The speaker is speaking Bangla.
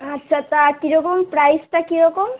আচ্ছা তা কীরকম প্রাইসটা কীরকম